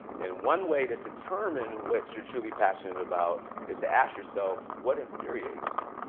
and one way to determine what you're truly passionate about is to ask yourself what infuriates you.